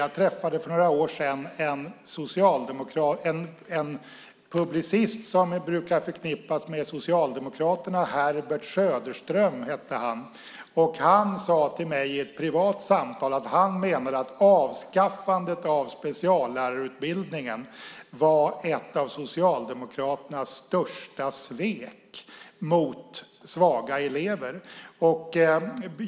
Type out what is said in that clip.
Jag träffade för några år sedan en publicist som brukar förknippas med Socialdemokraterna, Herbert Söderström, som i ett privat samtal med mig sade att avskaffandet av speciallärarutbildningen enligt honom var ett av Socialdemokraternas största svek mot svaga elever.